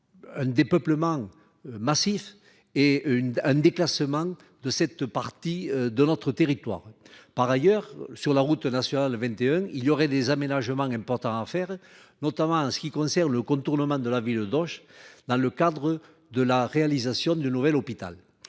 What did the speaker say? Un dépeuplement. Massif et une un déclassement de cette partie de notre territoire. Par ailleurs, sur la route nationale 21, il y aurait des aménagements importants à faire, notamment en ce qui concerne le contournement de la ville d'Auch, dans le cadre de la réalisation du nouvel hôpital.